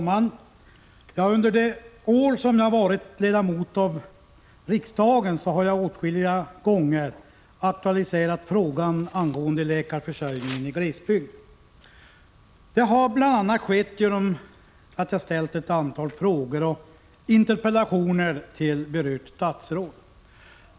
Herr talman! Under de år jag varit ledamot av riksdagen har jag åtskilliga gånger aktualiserat frågan om läkarförsörjningen i glesbygd. Detta har bl.a. skett genom att jag ställt ett antal frågor och interpellationer till berört statsråd.